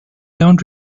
don’t